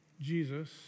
Jesus